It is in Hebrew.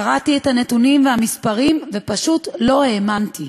קראתי את הנתונים והמספרים ופשוט לא האמנתי: